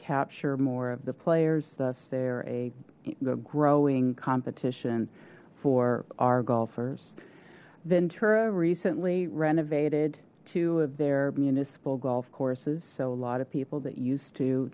capture more of the players thus they're a growing competition for our golfers ventura recently renovated two of their municipal golf courses so a lot of people that used to